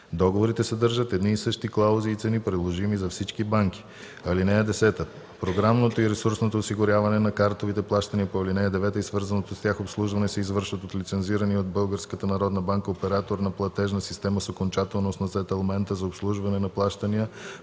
Договорите съдържат едни и същи клаузи и цени, приложими за всички банки. (10) Програмното и ресурсното осигуряване на картовите плащания по ал. 9 и свързаното с тях обслужване се извършват от лицензирания от Българската народна банка оператор на платежна система с окончателност на сетълмента за обслужване на плащания